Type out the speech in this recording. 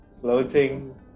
floating